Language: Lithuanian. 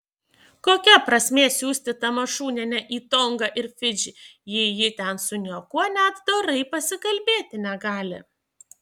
kokia prasmė siųsti tamašunienę į tongą ir fidžį jei ji ten su niekuo net dorai pasikalbėti negali